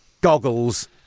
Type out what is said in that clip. goggles